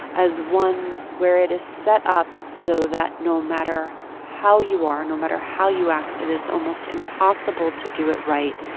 as one where it is set up so that no matter how you are, no matter how you act, it is almost impossible to do it right,